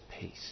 peace